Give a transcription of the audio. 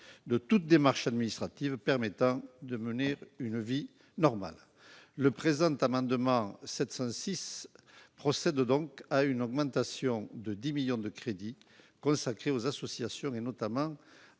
de toute démarche administrative permettant de mener une vie normale, le présent amendement 706 procède donc à une augmentation de 10 millions de crédits consacrés aux associations et notamment